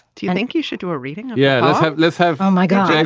do you think you should do a reading yeah. have let's have oh my god.